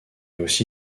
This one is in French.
aussi